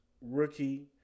rookie